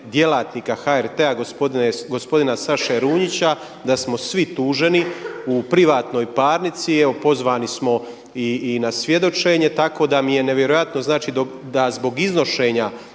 djelatnika HRT-a gospodina Saše Runjića da smo svi tuženi u privatnoj parnici i evo pozvani smo i na svjedočenje. Tako da mi je nevjerojatno znači da zbog iznošenja